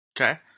Okay